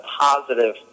positive